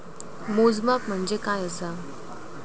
मोजमाप म्हणजे काय असा?